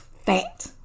FAT